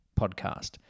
podcast